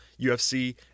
UFC